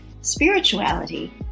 spirituality